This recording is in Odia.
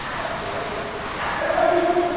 ଆଚ୍ଛା ଆଚ୍ଛା ଆପଣ ତାହେଲେ